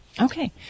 Okay